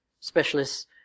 specialists